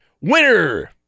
Winner